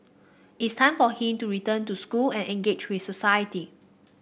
it's time for him to return to school and engage with society